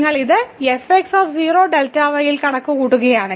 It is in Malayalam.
നിങ്ങൾ ഇത് ൽ കണക്കുകൂട്ടുകയാണെങ്കിൽ